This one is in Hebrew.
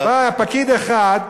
בא פקיד אחד,